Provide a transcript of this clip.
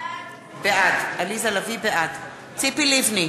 בעד ציפי לבני,